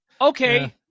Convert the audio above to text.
okay